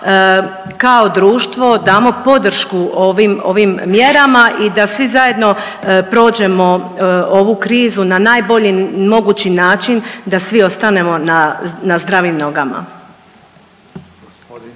kao društvo damo podršku ovim, ovim mjerama i da svi zajedno prođemo ovu krizu na najbolji mogući način, da svim ostanemo na, na zdravim nogama.